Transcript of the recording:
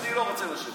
אני לא רוצה לשבת.